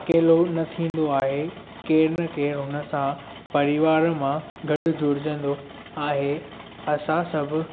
अकेलो न थींदो आहे केरु न केरु हुन सां परिवार मां गॾु जुड़जंदो आहे असां सभु